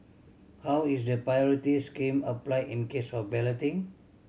how is the priority scheme applied in case of balloting